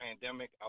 pandemic